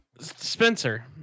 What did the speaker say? Spencer